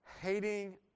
hating